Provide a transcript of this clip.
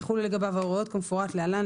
יחולו לגביו ההוראות כמפורט להלן,